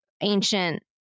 ancient